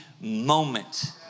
moment